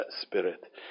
spirit